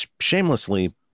shamelessly